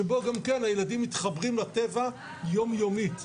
שבו גם כן הילדים מתחברים לטבע, יומיומית.